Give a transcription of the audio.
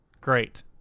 Great